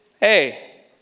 hey